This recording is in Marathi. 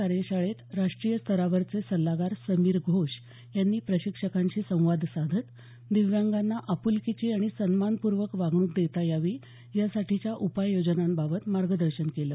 कार्यशाळेत राष्ट्रीय स्तरावरचे सल्लागार समीर घोष यांनी प्रशिक्षकांशी संवाद साधत दिव्यांगांना आप्लकीची आणि सन्मानपूर्वक वागणूक देता यावी यासाठीच्या उपाययोजनांबाबत मार्गदर्शन केलं